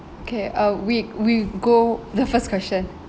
okay uh we we go the first question